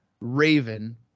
Raven